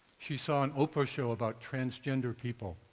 she saw an oprah's show about transgender people,